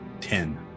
Ten